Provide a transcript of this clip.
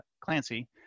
Clancy